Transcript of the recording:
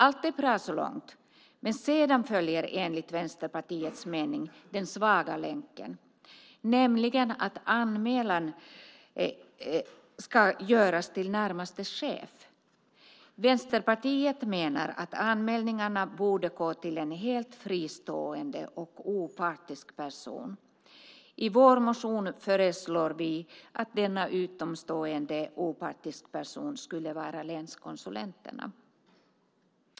Allt är bra så långt, men sedan följer enligt Vänsterpartiets mening den svaga länken, nämligen att anmälan ska göras till närmaste chef. Vänsterpartiet menar att anmälningarna borde gå till en helt fristående och opartisk person. I vår motion föreslår vi att denna utomstående opartiska person skulle vara länskonsulenten.